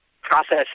process